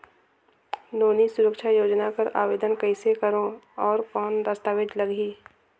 नोनी सुरक्षा योजना कर आवेदन कइसे करो? और कौन दस्तावेज लगही?